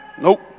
Nope